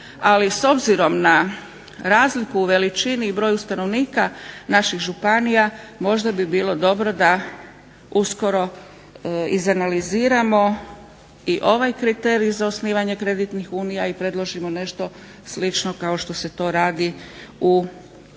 ali s obzirom na razliku u veličini i broju stanovnika naših županija možda bi bilo dobro da uskoro izanaliziramo i ovaj kriterij za osnivanje kreditnih unija i predložimo nešto slično kao što se to radi u drugim